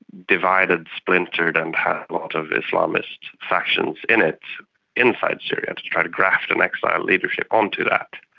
divided, splintered, and has a lot of islamist factions in it inside syria, to to try to graft an exile leadership onto that.